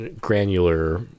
granular